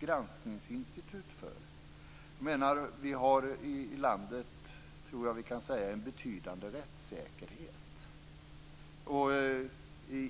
Jag tror att vi kan säga att det i detta land finns en betydande rättssäkerhet.